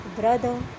brother